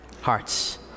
hearts